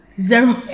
Zero